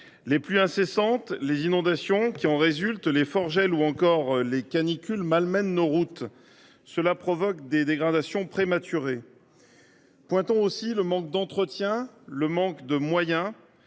Les pluies incessantes et les inondations qui en résultent, les forts gels ou encore les canicules malmènent nos routes et provoquent des dégradations prématurées. Le manque d’entretien et de moyens